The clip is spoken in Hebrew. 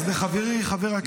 אז לחברי חבר הכנסת מיכאל ביטון,